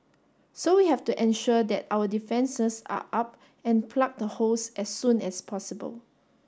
so we have to ensure that our defences are up and plug the holes as soon as possible